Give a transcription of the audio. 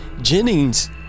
Jennings